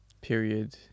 period